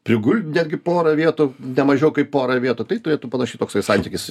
prigult netgi porą vietų ne mažiau kaip porai vietų tai turėtų panašiai toksai santykis